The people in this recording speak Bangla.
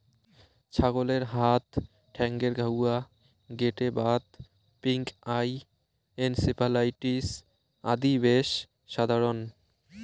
ছাগলের হাত ঠ্যাঙ্গের ঘাউয়া, গেটে বাত, পিঙ্ক আই, এনসেফালাইটিস আদি বেশ সাধারণ